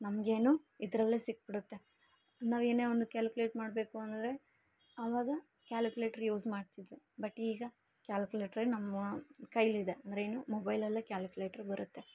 ನಮಗೇನು ಇದರಲ್ಲೆ ಸಿಕ್ಕಿಬಿಡುತ್ತೆ ನಾವು ಏನೇ ಒಂದು ಕ್ಯಾಲ್ಕ್ಲೇಟ್ ಮಾಡಬೇಕು ಅಂದರೆ ಆವಾಗ ಕ್ಯಾಲ್ಕುಲೇಟ್ರ್ ಯೂಸ್ ಮಾಡ್ತಿದ್ವಿ ಬಟ್ ಈಗ ಕ್ಯಾಲ್ಕ್ಲೇಟ್ರೇ ನಮ್ಮ ಕೈಲಿದೆ ಅಂದ್ರೇ ಮೊಬೈಲಲ್ಲೇ ಕ್ಯಾಲ್ಕ್ಲೇಟ್ರ್ ಬರುತ್ತೆ